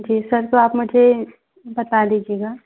जी sir तो आप मुझे बता दीजिएगा